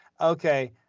okay